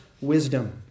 wisdom